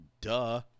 Duh